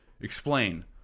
explain